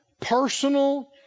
personal